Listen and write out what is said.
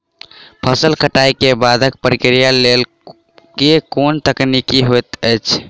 फसल कटाई केँ बादक प्रक्रिया लेल केँ कुन तकनीकी होइत अछि?